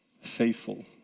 faithful